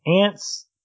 ants